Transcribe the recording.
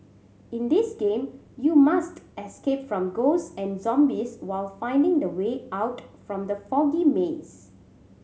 in this game you must escape from ghost and zombies while finding the way out from the foggy maze